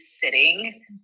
sitting